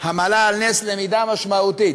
המעלה על נס למידה משמעותית.